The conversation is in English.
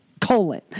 colon